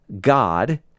God